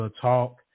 talk